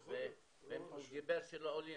---- של העולים.